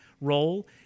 role